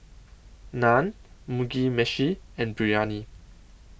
Naan Mugi Meshi and Biryani